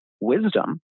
wisdom